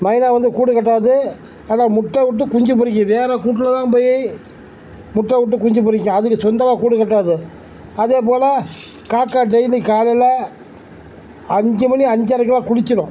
மைனா வந்து கூடு கட்டாது ஆனால் முட்டை விட்டு குஞ்சு பொரிக்கும் வேறு கூட்டில் தான் போய் முட்டை விட்டு குஞ்சு பொரிக்கும் அதுக்கு சொந்தமாக கூடு கட்டாது அதேபோல காக்கா டெய்லி காலையில் அஞ்சு மணி அஞ்சரைக்கெல்லாம் குளிச்சுடும்